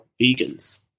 vegans